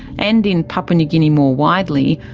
and in papua new guinea more widely,